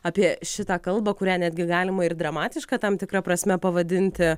apie šitą kalbą kurią netgi galima ir dramatiška tam tikra prasme pavadinti